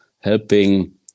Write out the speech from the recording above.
helping